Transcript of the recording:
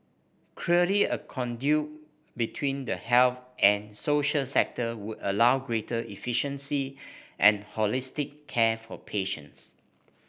clearly a conduit between the health and social sector would allow greater efficiency and holistic care for patients